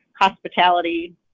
hospitality